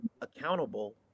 accountable